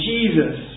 Jesus